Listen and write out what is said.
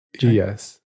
Yes